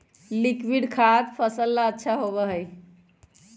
liquid खाद फसल ला अच्छा होबा हई